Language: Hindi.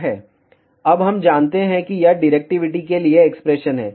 अब हम जानते हैं कि यह डिरेक्टिविटी के लिए एक्सप्रेशन है